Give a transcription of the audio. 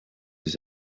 his